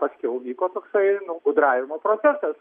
paskiau vyko toksai gudravimo protestas